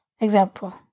Example